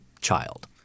child